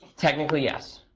technically, yes.